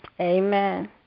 Amen